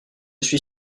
suis